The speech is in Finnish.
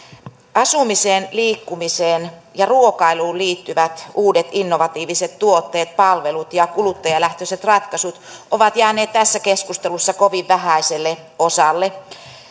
asumiseen liikkumiseen ja ruokailuun liittyvät uudet innovatiiviset tuotteet palvelut ja kuluttajalähtöiset ratkaisut ovat jääneet tässä keskustelussa kovin vähäiselle osalle